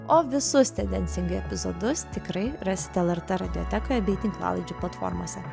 o visus tendencingai epizodus tikrai rasite lrt radiotekoje bei tinklalaidžių platformose